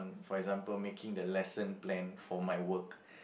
for example making the lesson plan for my work